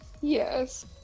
Yes